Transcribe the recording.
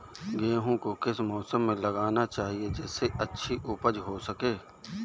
गेहूँ को किस मौसम में लगाना चाहिए जिससे अच्छी उपज हो सके?